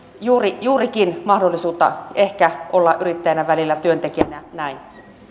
juurikin mahdollisuutta ehkä olla yrittäjänä välillä työntekijänä että näin